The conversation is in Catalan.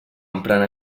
emprant